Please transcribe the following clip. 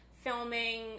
filming